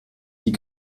die